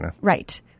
Right